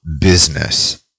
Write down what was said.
business